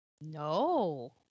No